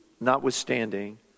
notwithstanding